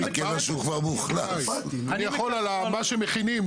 אני יכול על מה שמכינים,